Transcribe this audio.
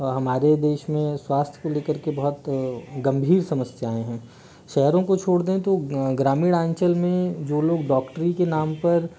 हमारे देश मे स्वास्थ्य को लेकर के बहुत गंभीर समस्यायें हैं शहरों को छोड़ दे तो ग्रामीण अंचल मे जो लोग डॉक्टरी के नाम पर